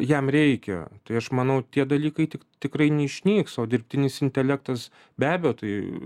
jam reikia tai aš manau tie dalykai tik tikrai neišnyks o dirbtinis intelektas be abejo tai